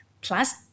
plus